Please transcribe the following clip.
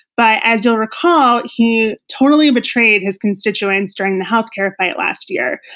but as you'll recall, he totally betrayed his constituents during the healthcare fight last year.